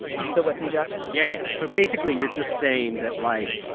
you still with me, geoff? yeah, yeah. so basically, you're just saying that, like,